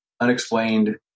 Unexplained